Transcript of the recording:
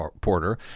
Porter